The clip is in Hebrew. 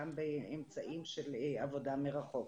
גם באמצעים של עבודה מרחוק.